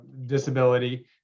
disability